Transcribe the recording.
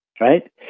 Right